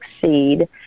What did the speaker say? succeed